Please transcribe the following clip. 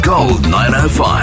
Gold905